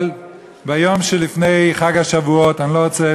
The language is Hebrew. אבל ביום שלפני חג השבועות אני לא רוצה